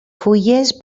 fulles